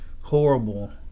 horrible